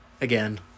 again